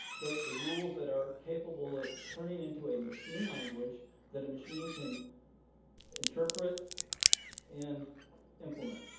the the rules that are capable of turning into a machine language that a machine can interpret and implement.